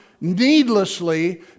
needlessly